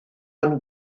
ein